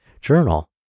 journal